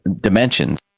dimensions